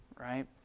right